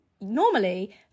Normally